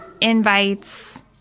invites